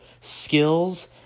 skills